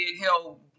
hell